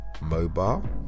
mobile